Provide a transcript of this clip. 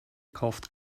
kauft